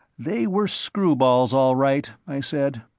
they were screwballs all right, i said,